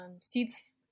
SEED's